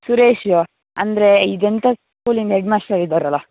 ಸುರೇಶ ಅಂದರೆ ಈ ಜನತ ಸ್ಕೂಲಿನ ಎಡ್ ಮಾಷ್ಟ್ರು ಆಗಿದ್ದಾರಲ